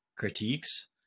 critiques